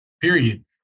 period